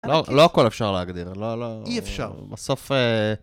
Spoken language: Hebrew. לא, לא הכל אפשר להגדיר, לא, לא. אי אפשר. בסוף...